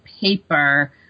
paper